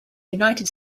united